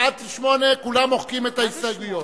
עד 8 כולם מוחקים את ההסתייגויות.